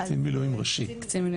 קצין מילואים ראשית,